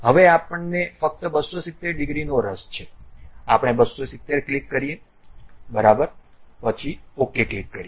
હવે આપણને ફક્ત 270 ડિગ્રીનો રસ છે આપણે 270 ક્લિક કરીએ બરાબર પછી OK ક્લિક કરો